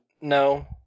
No